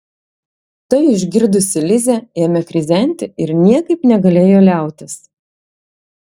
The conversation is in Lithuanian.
tai išgirdusi lizė ėmė krizenti ir niekaip negalėjo liautis